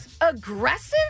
aggressive